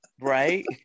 Right